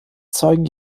zeugen